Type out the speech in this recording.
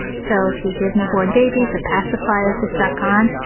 so if you give newborn babies a pacifier to suck on,